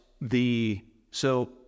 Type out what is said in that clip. the—so